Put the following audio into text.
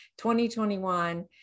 2021